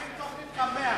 מה עם תוכנית קמ"ע?